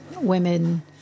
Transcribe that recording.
women